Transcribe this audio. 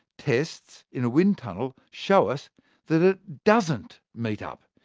tests in a wind tunnel show us that it doesn't meet up.